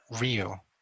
real